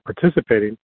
participating